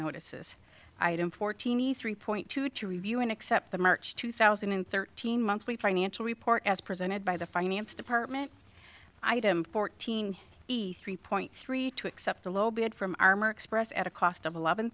notices item fourteen e three point two two review and accept the march two thousand and thirteen monthly financial report as presented by the finance department item fourteen three point three two accept the low bid from armor express at a cost of eleven